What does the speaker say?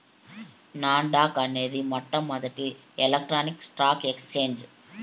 non dock అనేది మొట్టమొదటి electronic stock exchange